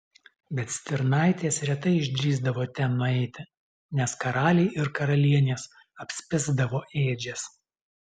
bet stirnaitės retai išdrįsdavo ten nueiti nes karaliai ir karalienės apspisdavo ėdžias